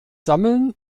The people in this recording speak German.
sammeln